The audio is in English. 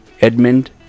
Edmund